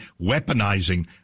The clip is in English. weaponizing